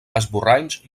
esborranys